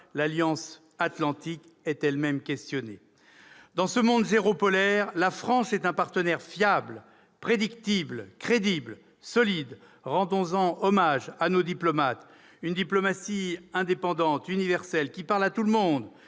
l'Alliance atlantique, est questionnée. Dans ce monde « zéro-polaire », la France est un partenaire fiable, prédictible, crédible, solide. Rendons-en hommage à nos diplomates. Notre diplomatie indépendante, universelle, qui parle à tous et